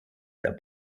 der